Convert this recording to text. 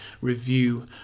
review